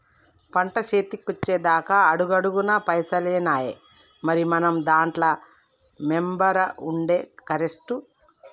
పంట సేతికొచ్చెదాక అడుగడుగున పైసలేనాయె, మరి మనం దాంట్ల మెంబరవుడే కరెస్టు